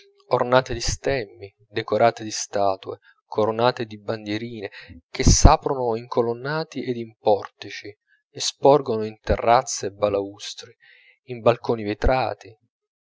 ornate di stemmi decorate di statue coronate di bandierine che s'aprono in colonnati ed in portici e sporgono in terrazze a balaustri in balconi vetrati